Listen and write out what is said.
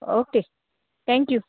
okay thank you